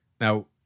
Now